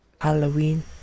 Halloween